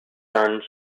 turns